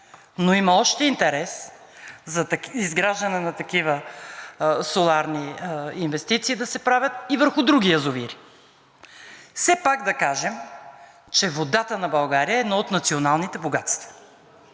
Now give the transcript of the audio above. но има още интерес за изграждане на такива соларни инвестиции да се правят и върху други язовири. Все пак да кажем, че водата на България е едно от националните богатства.